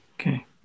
Okay